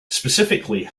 specifically